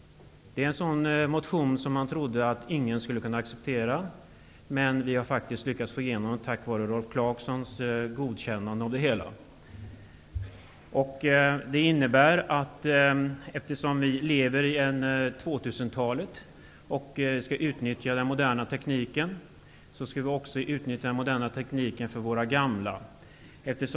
Den motionen trodde vi att ingen skulle acceptera, men tack vare Rolf Clarksons godkännande har vi fått igenom den. Eftersom vi lever så nära 2000-talet och kan utnyttja den moderna tekniken, skall denna utnyttjas också för våra gamla.